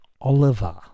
Oliver